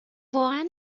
واقعا